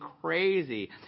crazy